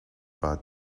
pas